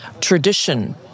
tradition